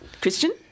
Christian